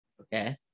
okay